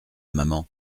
maman